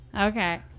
Okay